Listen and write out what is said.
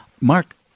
Mark